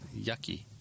yucky